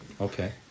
Okay